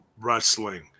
wrestling